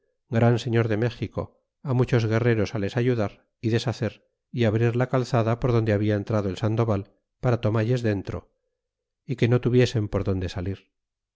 gran señor de méxico ó muchos guerreros les ayudar y deshacer y abrir la calzada por donde habla entrado el sandoval para tomalles dentro y que no tuviesen por donde salir